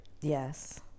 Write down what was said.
Yes